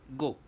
go